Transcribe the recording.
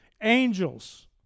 angels